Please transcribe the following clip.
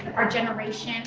our generation and.